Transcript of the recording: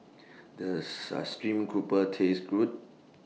Does Sa Stream Grouper Taste Good